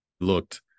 Looked